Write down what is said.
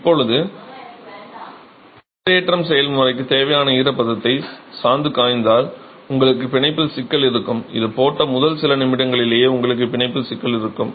இப்போது நீரேற்றம் செயல்முறைக்குத் தேவையான ஈரப்பதத்தை சாந்து காய்ந்தால் உங்களுக்குப் பிணைப்பில் சிக்கல் இருக்கும் இது போட்ட முதல் சில நிமிடங்களிலேயே உங்களுக்குப் பிணைப்பில் சிக்கல் இருக்கும்